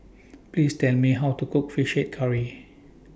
Please Tell Me How to Cook Fish Head Curry